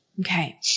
Okay